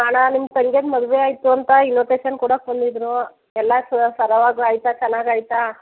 ಹಾಂ ಅಣ್ಣ ನಿಮ್ಮ ತಂಗ್ಯರ ಮದುವೆ ಆಯಿತು ಅಂತ ಇನ್ವಿಟೇಶನ್ ಕೊಡಕ್ಕೆ ಬಂದಿದ್ದರು ಎಲ್ಲ ಸರವಾಗಿ ಆಯ್ತಾ ಚೆನ್ನಾಗಾಯ್ತಾ